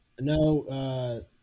No